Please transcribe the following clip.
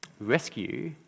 rescue